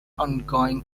ongoing